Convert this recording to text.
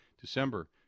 December